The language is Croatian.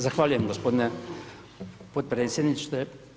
Zahvaljujem gospodine potpredsjedniče.